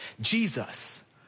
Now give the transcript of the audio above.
Jesus